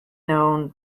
known